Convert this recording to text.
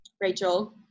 Rachel